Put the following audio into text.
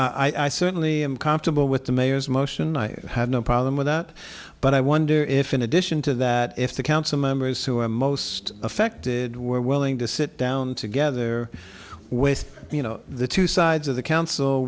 i certainly am comfortable with the mayor's motion i have no problem with that but i wonder if in addition to that if the council members who were most affected were willing to sit down together with you know the two sides of the council